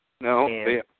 No